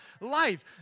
life